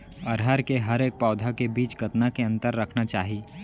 अरहर के हरेक पौधा के बीच कतना के अंतर रखना चाही?